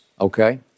Okay